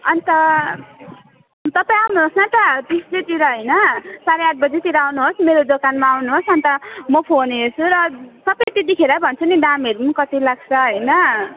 अनि त तपाईँ आउनुहोस् न त ट्युस्डेतिर हैन साढे आठ बजेतिर आउनुहोस् मेरो दोकानमा आउनुहोस् अनि त म फोन हेर्छु र सबै त्यतिखेरै भन्छु नि दामहरू नि कति लाग्छ हैन